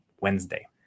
wednesday